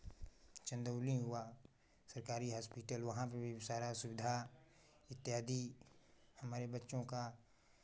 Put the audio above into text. चंदौली हुआ सरकारी हॉस्पिटल वहाँ पर भी सारा सुविधा इत्यादि हमारे बच्चों का